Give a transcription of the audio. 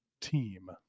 team